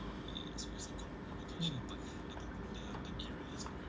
mm